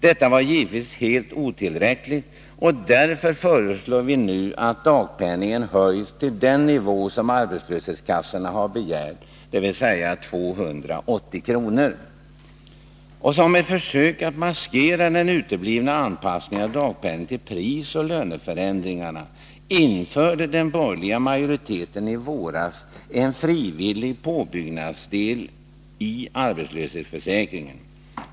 Detta var givetvis helt otillräckligt, och därför föreslår vi nu att dagpenningen höjs till den nivå som arbetslöshetskassorna har begärt, dvs. 280 kr. Som ett försök att maskera den uteblivna anpassningen av dagpenningen till prisoch löneförändringarna införde den borgerliga majoriteten i våras en frivillig påbyggnadsdel i arbetslöshetsförsäkringen.